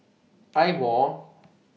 Eye Mo